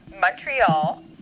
Montreal